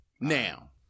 now